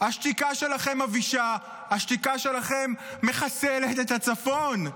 השתיקה שלכם מבישה, השתיקה שלכם מחסלת את הצפון.